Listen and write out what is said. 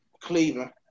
Cleveland